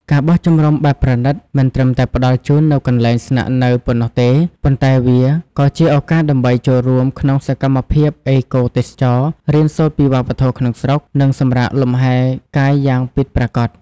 ការបោះជំរំបែបប្រណីតមិនត្រឹមតែផ្តល់ជូននូវកន្លែងស្នាក់នៅប៉ុណ្ណោះទេ ប៉ុន្តែវាក៏ជាឱកាសដើម្បីចូលរួមក្នុងសកម្មភាពអេកូទេសចរណ៍ រៀនសូត្រពីវប្បធម៌ក្នុងស្រុក និងសម្រាកលំហែកាយយ៉ាងពិតប្រាកដ។